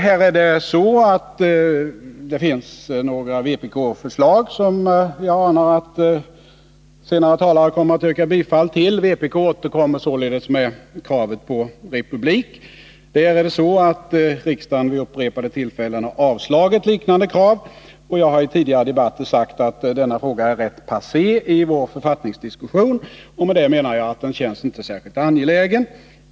I betänkandet behandlas några vpk-förslag, som jag förmodar att senare talare kommer att yrka bifall till. Vpk återkommer således med kravet på republik. Riksdagen har vid upprepade tillfällen avslagit liknande krav, och jag har i tidigare debatter sagt att denna fråga är rätt passé i vår författningsdiskussion. Med det menar jag att den inte känns särskilt angelägen.